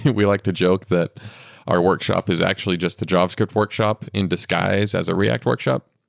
we like to joke that our workshop is actually just a javascript workshop in disguise as a react workshop.